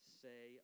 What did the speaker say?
say